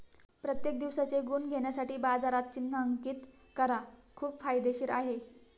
प्रत्येक दिवसाचे गुण घेण्यासाठी बाजारात चिन्हांकित करा खूप फायदेशीर आहे